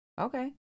Okay